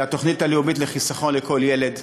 זה התוכנית הלאומית "חיסכון לכל ילד".